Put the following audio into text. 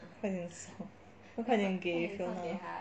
快点送快点给 fiona